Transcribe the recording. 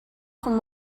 from